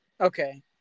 Okay